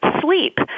sleep